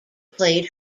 played